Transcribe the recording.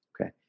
Okay